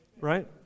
Right